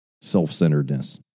self-centeredness